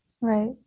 Right